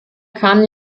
kann